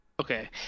Okay